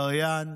זריהן